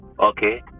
Okay